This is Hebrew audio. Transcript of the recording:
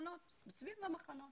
במחנות או מסביב המחנות